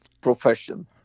profession